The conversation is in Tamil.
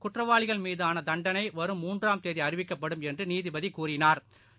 குற்றவாளிகள் மீதானதண்டளை வரும் மூன்றாம் தேதிஅறிவிக்கப்படும் என்றுநீதிபதிகூறினாா்